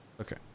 Okay